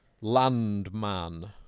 Landman